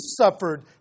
suffered